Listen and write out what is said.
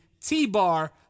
T-Bar